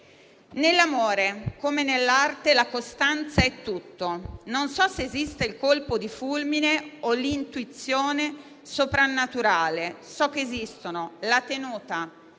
Nell'amore, come nell'arte, la costanza è tutto; non so se esiste il colpo di fulmine o l'intuizione soprannaturale; so che esistono la tenuta,